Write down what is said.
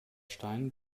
stein